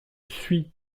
suis